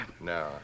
no